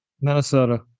Minnesota